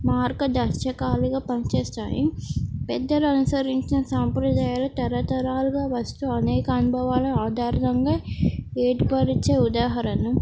మార్గ దర్శకాలుగా పనిచేస్తాయి పెద్దల అనుసరించిన సాంప్రదాయాలు తరతరాలుగా వస్తూ అనేక అనుభవాలు ఆధారిదంగా ఏర్పరిచే ఉదాహరణ